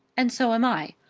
and so am i.